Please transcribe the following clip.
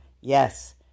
Yes